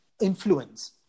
influence